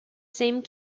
same